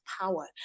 power